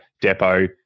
depot